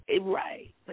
Right